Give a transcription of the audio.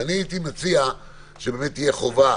אז אני הייתי מציע שתהיה חובה